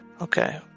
Okay